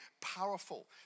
powerful